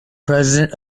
president